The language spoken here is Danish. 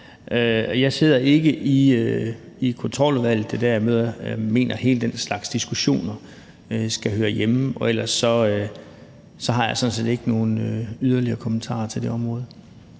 Jeg sidder ikke i Kontroludvalget, og det er der, jeg mener at den slags diskussioner hører hjemme. Og ellers har jeg sådan set ikke nogen yderligere kommentarer til det område.